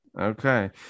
Okay